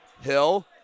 Hill